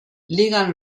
ligan